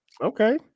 okay